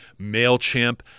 MailChimp